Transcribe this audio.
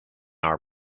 our